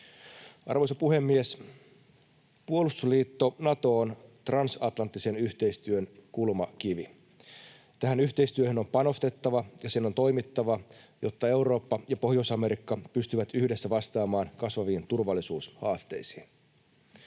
Arvoisa puhemies! Puolustusliitto Nato on transatlanttisen yhteistyön kulmakivi. Tähän yhteistyöhön on panostettava ja sen on toimittava, jotta Eurooppa ja Pohjois-Amerikka pystyvät yhdessä vastaamaan kasvaviin turvallisuushaasteisiin.